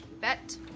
Bet